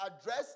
address